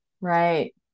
Right